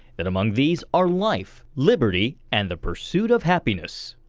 that among these are life, liberty and the pursuit of happiness.